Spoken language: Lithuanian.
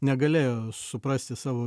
negalėjo suprasti savo